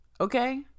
okay